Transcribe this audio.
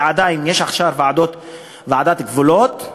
ועכשיו יש ועדת גבולות.